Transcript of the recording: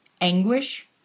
anguish